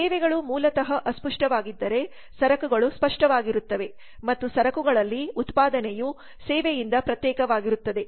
ಸೇವೆಗಳು ಮೂಲತಃ ಅಸ್ಪಷ್ಟವಾಗಿದ್ದರೆ ಸರಕುಗಳು ಸ್ಪಷ್ಟವಾಗಿರುತ್ತವೆ ಮತ್ತು ಸರಕುಗಳಲ್ಲಿ ಉತ್ಪಾದನೆಯು ಸೇವೆಯಿಂದ ಪ್ರತ್ಯೇಕವಾಗಿರುತ್ತದೆ